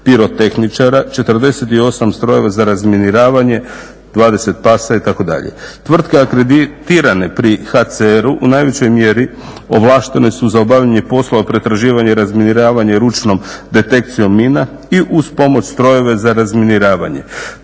pirotehničara, 48 strojeva za razminiravanje, 20 pasa itd. Tvrtke akreditirane pri HCR-u u najvećoj mjeri ovlaštene su za obavljanje poslova pretraživanja i razminiravanja ručnom detekcijom mina i uz pomoć strojeva za razminiravanje.